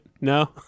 No